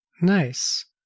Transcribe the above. Nice